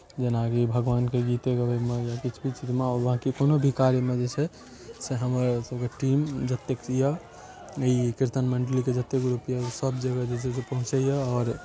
जेनाकि भगवानके गीते गबैमे या किछु किछु चीजमे या बाँकी कोनो भी काजमे जे छै से हमरा सबके टीम जतेक यऽ ई किर्तन मण्डलीके जतेक ग्रुप यऽ से सब जगह जे छै से पहुँचैया आओर